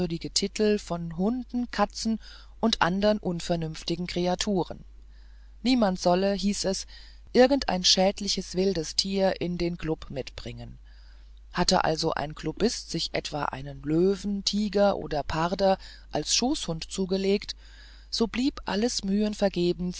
titel von hunden katzen und andern unvernünftigen kreaturen niemand solle hieß es irgendein schädliches wildes tier in den klub mitbringen hatte also ein klubist sich etwa einen löwen tiger oder parder als schoßhund zugelegt so blieb alles mühen vergebens